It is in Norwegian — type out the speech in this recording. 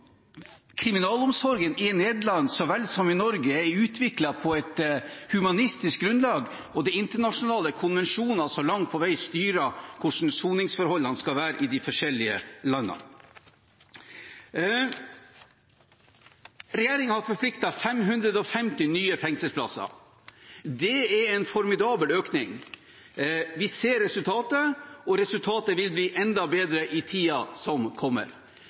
kriminalomsorgen i Nederland så vel som i Norge er utviklet på et humanitært grunnlag, og det er internasjonale konvensjoner som langt på vei styrer hvordan soningsforholdene skal være i de forskjellige landene. Regjeringen har forpliktet seg til 550 nye fengselsplasser. Det er en formidabel økning. Vi ser resultatet, og resultatet vil bli enda bedre i tiden som kommer.